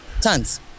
tons